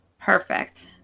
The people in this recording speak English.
Perfect